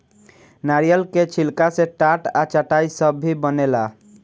नारियल के छिलका से टाट आ चटाई सब भी बनेला